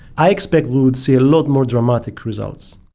i expect we would see a lot more dramatic results.